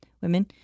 women